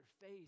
face